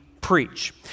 preach